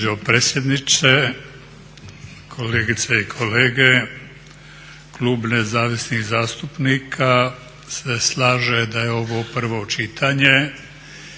Hvala